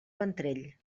ventrell